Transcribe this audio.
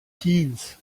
teens